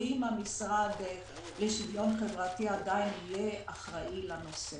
והאם המשרד לשוויון חברתי עדיין יהיה אחראי לנושא.